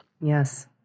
Yes